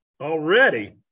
already